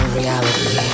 reality